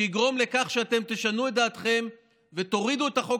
שתגרום לכך שאתם תשנו את דעתכם ותורידו את החוק